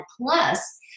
plus